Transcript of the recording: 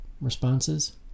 responses